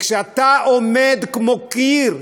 וכשאתה עומד כמו קיר,